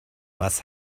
was